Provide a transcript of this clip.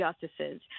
justices